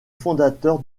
fondateur